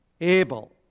Abel